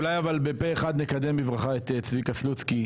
אבל אולי בפה אחד נקדם בברכה את צביקה סלוצקי,